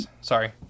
Sorry